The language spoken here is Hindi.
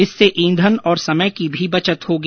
इससे ईंधन और समय की भी बचत होगी